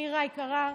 נירה היקרה.